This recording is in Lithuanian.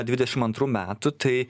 dvidešim antrų metų tai